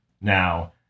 now